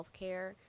healthcare